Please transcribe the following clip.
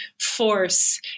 force